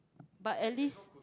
but at least